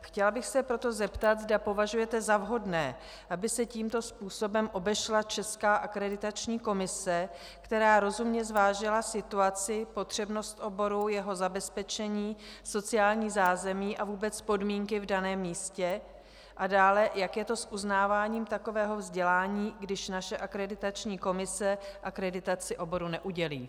Chtěla bych se proto zeptat, zda považujete za vhodné, aby se tímto způsobem obešla česká Akreditační komise, která rozumně zvážila situaci, potřebnost oboru, jeho zabezpečení, sociální zázemí a vůbec podmínky v daném místě, a dále, jak je to s uznáváním takového vzdělání, když naše Akreditační komise akreditaci oboru neudělí.